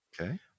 Okay